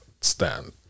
stand